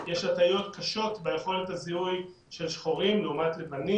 הפסקתי אותך כשהתחלת לומר שיש לכם עוד מאגר,